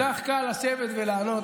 כל כך קל לשבת ולענות.